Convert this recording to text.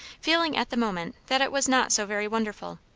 feeling at the moment that it was not so very wonderful.